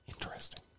Interesting